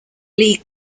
league